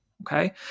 okay